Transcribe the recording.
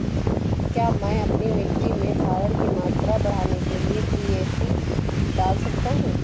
क्या मैं अपनी मिट्टी में धारण की मात्रा बढ़ाने के लिए डी.ए.पी डाल सकता हूँ?